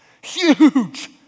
Huge